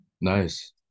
nice